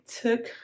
took